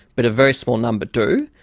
but a very small number do,